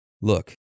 look